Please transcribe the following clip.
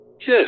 Yes